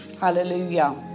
Hallelujah